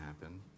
happen